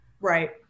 right